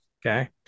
Okay